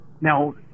Now